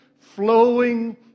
flowing